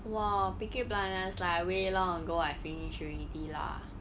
!wah! peaky blinders like way long ago I finish already lah